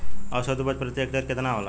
औसत उपज प्रति हेक्टेयर केतना होला?